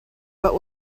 but